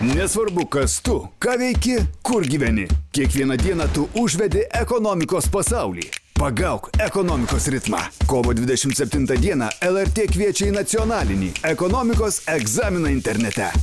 nesvarbu kas tu ką veiki kur gyveni kiekvieną dieną tu užvedi ekonomikos pasaulį pagauk ekonomikos ritmą kovo dvidešimt septintą dieną el er tė kviečia į nacionalinį ekonomikos egzaminą internete